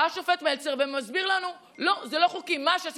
בא השופט מלצר ומסביר לנו: לא, זה לא חוקי.